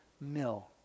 mill